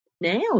Now